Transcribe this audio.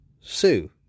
Sue